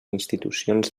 institucions